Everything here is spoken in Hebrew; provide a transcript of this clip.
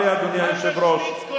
אדוני היושב-ראש.